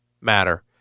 matter